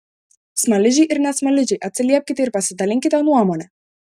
smaližiai ir ne smaližiai atsiliepkite ir pasidalinkite nuomone